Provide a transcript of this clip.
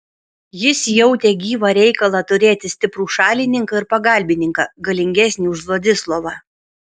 jis jautė gyvą reikalą turėti stiprų šalininką ir pagalbininką galingesnį už vladislovą